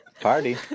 Party